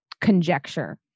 conjecture